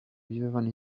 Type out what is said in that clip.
vivevano